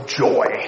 joy